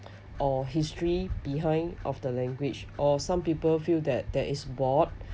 or history behind of the language or some people feel that that is bored